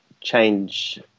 change